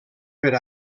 per